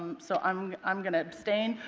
so i'm i'm going to abstain,